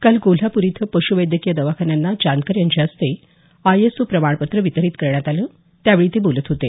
काल कोल्हापूर इथं पश्वैद्यकीय दवाखान्यांना जानकर यांच्या हस्ते आयएसओ प्रमाणपत्र वितरीत करण्यात आले त्यावेळी ते बोलत होते